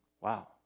Wow